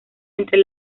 entre